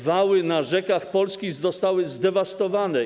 wały na rzekach polskich zostały zdewastowane.